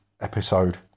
episode